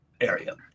area